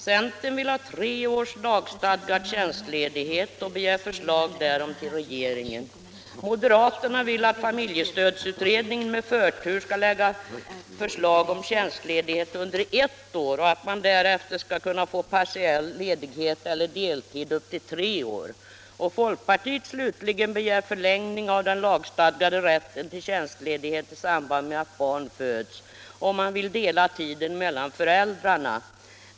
Centern vill ha tre års lagstadgad tjänstledighet och begär förslag därom från regeringen. Moderaterna vill att familjestödsutredningen med förtur skall lägga fram förslag om tjänstledighet under ett år och att man därefter skall kunna få partiell ledighet eller deltid i upp till tre år. Folkpartiet slutligen begär förlängning av den lagstadgade rätten till tjänstledighet i samband med att barn föds, och man vill dela tiden mellan föräldrarna.